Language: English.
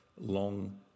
long